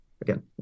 again